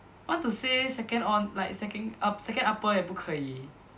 I want to say second hon~ like second up second upper 也不可以